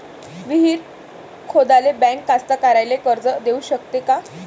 विहीर खोदाले बँक कास्तकाराइले कर्ज देऊ शकते का?